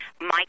Mike